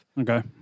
okay